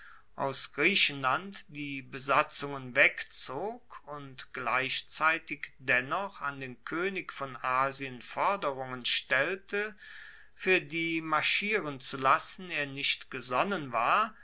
aus griechenland die besatzungen wegzog und gleichzeitig dennoch an den koenig von asien forderungen stellte fuer die marschieren zu lassen er nicht gesonnen war